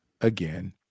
again